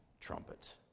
trumpet